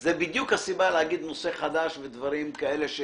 זה בדיוק הסיבה להגיד נושא חדש ודברים כאלה.